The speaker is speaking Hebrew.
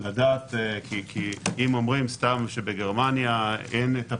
כי אם אומרים סתם שבגרמניה אין את הפרטים,